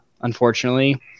unfortunately